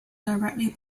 directly